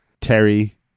terry